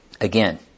Again